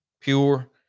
pure